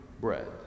bread